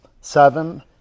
seven